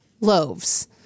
loaves